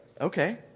okay